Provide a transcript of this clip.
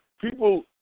people